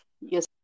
Yes